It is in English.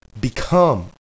become